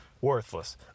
Worthless